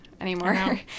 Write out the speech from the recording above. anymore